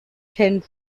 ten